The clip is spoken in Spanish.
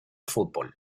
fútbol